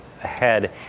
ahead